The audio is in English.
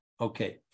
okay